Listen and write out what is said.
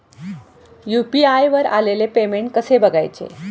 UPI वर आलेले payment कसे बघायचे?